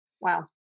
Wow